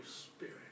Spirit